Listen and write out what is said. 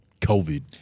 COVID